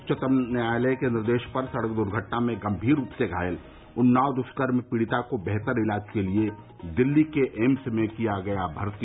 उच्चतम न्यायालय के निर्देश पर सड़क द्र्घटना में गम्मीर रूप से घायल उन्नाव द्ष्कर्म पीड़िता को बेहतर इलाज के लिये दिल्ली के एम्स में कराया गया भर्ती